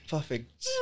Perfect